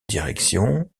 direction